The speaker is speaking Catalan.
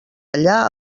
allà